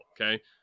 Okay